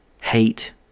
hate